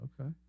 Okay